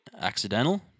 accidental